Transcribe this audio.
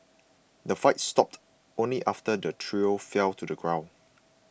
the fight stopped only after the trio fell to the ground